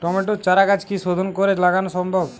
টমেটোর চারাগাছ কি শোধন করে লাগানো সম্ভব?